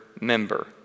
member